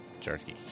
jerky